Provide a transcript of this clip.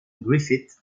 griffith